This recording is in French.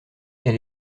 elle